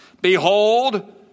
Behold